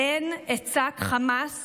"הן אצעק חמס